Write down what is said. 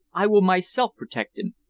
i will myself protect him.